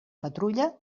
patrulla